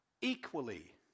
Equally